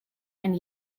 and